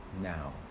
now